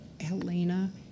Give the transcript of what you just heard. Helena